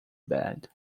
bed